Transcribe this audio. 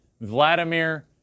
Vladimir